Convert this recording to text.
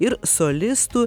ir solistų